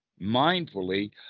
mindfully